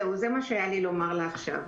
זהו, מה שהיה לי לומר לעכשיו.